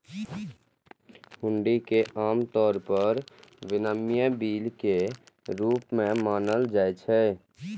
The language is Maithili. हुंडी कें आम तौर पर विनिमय बिल के रूप मे मानल जाइ छै